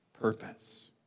purpose